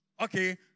Okay